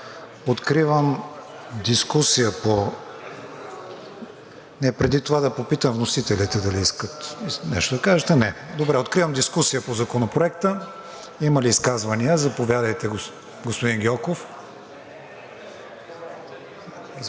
Откривам дискусията по Законопроекта. Има ли изказвания? Заповядайте, господин Гьоков. ГЕОРГИ